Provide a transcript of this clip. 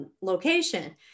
Location